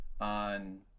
on